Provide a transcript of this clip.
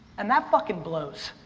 and that fuckin blows.